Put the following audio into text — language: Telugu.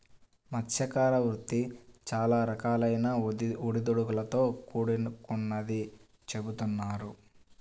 మత్స్యకార వృత్తి చాలా రకాలైన ఒడిదుడుకులతో కూడుకొన్నదని చెబుతున్నారు